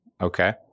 Okay